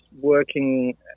working